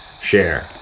share